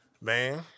man